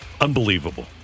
Unbelievable